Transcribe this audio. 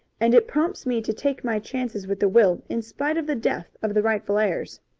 and it prompts me to take my chances with the will in spite of the death of the rightful heirs.